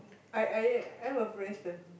I I I'm a prankster